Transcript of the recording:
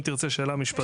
אם תרצה שאלה משפטית.